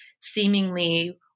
seemingly